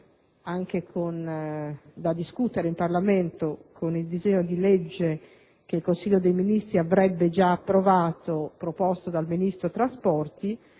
regole, da discutere in Parlamento con il disegno di legge che il Consiglio dei ministri avrebbe già approvato, proposto dal Ministro dei trasporti,